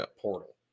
portal